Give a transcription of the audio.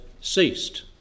ceased